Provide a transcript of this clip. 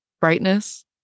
brightness